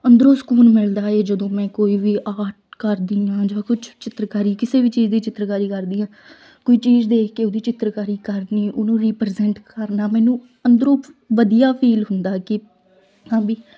ਅੰਦਰੋਂ ਸਕੂਨ ਮਿਲਦਾ ਏ ਜਦੋਂ ਮੈਂ ਕੋਈ ਵੀ ਆਰਟ ਕਰਦੀ ਹਾਂ ਜਾਂ ਕੁਛ ਚਿੱਤਰਕਾਰੀ ਕਿਸੇ ਵੀ ਚੀਜ਼ ਦੀ ਚਿੱਤਰਕਾਰੀ ਕਰਦੀ ਹਾਂ ਕੋਈ ਚੀਜ਼ ਦੇਖ ਕੇ ਉਹਦੀ ਚਿੱਤਰਕਾਰੀ ਕਰਨੀ ਉਹਨੂੰ ਰੀਪ੍ਰਜ਼ੈਂਟ ਕਰਨਾ ਮੈਨੂੰ ਅੰਦਰੋਂ ਵਧੀਆ ਫੀਲ ਹੁੰਦਾ ਕਿ ਹਾਂ ਵੀ